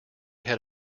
had